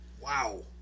Wow